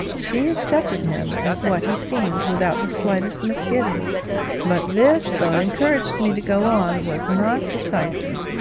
she accepted him as what he seemed, without the slightest misgiving but this, though it encouraged me to go on, was not decisive,